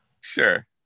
Sure